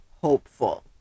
hopeful